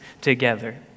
together